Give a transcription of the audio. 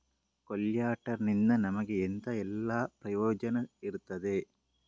ಕೊಲ್ಯಟರ್ ನಿಂದ ನಮಗೆ ಎಂತ ಎಲ್ಲಾ ಪ್ರಯೋಜನ ಇರ್ತದೆ?